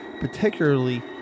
particularly